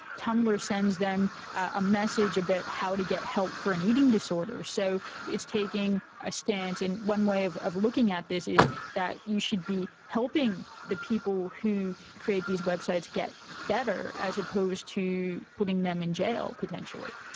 tumblr sends them a message about how to get help for an eating disorder. so it's taking a stance in one way of of looking at this is that you should be helping the people who create these websites get better as opposed to putting them in jail potentially.